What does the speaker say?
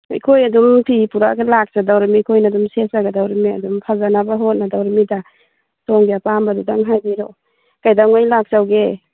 ꯑꯩꯈꯣꯏ ꯑꯗꯨꯝ ꯐꯤ ꯄꯨꯔꯛꯑꯒ ꯂꯥꯛꯆꯗꯣꯔꯤꯅꯤ ꯑꯩꯈꯣꯏꯅ ꯑꯗꯨꯝ ꯁꯦꯠꯆꯒꯗꯧꯔꯤꯅꯤ ꯑꯗꯨꯝ ꯐꯖꯅꯕ ꯍꯣꯠꯅꯗꯧꯔꯤꯃꯤꯗ ꯁꯣꯝꯒꯤ ꯑꯄꯥꯝꯕꯗꯨꯗꯪ ꯍꯥꯏꯕꯔꯛꯎ ꯀꯩꯗꯧꯉꯩ ꯂꯥꯛꯆꯧꯒꯦ